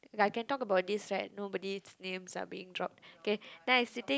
ya can talk about this right nobody's names are being dropped k then I sitting